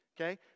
Okay